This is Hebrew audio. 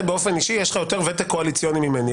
באופן אישי יש לך יותר ותק קואליציוני מאשר לי.